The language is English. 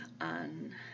on